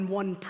one